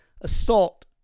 assault